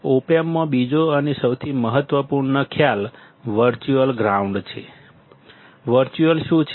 ઓપ એમ્પમાં બીજો અને સૌથી મહત્વપૂર્ણ ખ્યાલ વર્ચ્યુઅલ ગ્રાઉન્ડ છે વર્ચ્યુઅલ શું છે